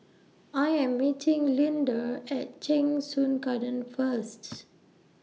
I Am meeting Lynda At Cheng Soon Garden First